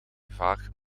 vaak